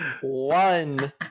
One